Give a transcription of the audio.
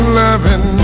loving